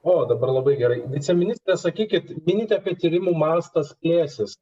o dabar labai gerai viceministre sakykit minite kad tyrimų mastas plėsis